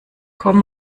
komm